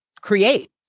create